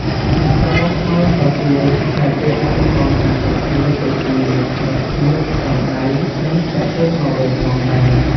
អ្នកប្រមូលផលក៏គួរតែពាក់ឧបករណ៍ការពារខ្លួនដូចជាមួកសុវត្ថិភាព ស្រោមដៃ និងស្បែកជើងកវែងផងដែរ។